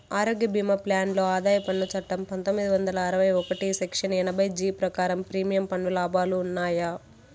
ఆరోగ్య భీమా ప్లాన్ లో ఆదాయ పన్ను చట్టం పందొమ్మిది వందల అరవై ఒకటి సెక్షన్ ఎనభై జీ ప్రకారం ప్రీమియం పన్ను లాభాలు ఉన్నాయా?